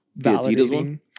validating